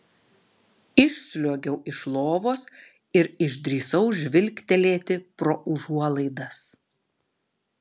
išsliuogiau iš lovos ir išdrįsau žvilgtelėti pro užuolaidas